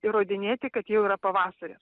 įrodinėti kad jau yra pavasaris